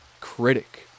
critic